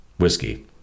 whiskey